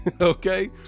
Okay